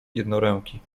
jednoręki